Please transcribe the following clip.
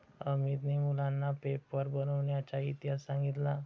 अमितने मुलांना पेपर बनविण्याचा इतिहास सांगितला